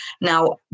Now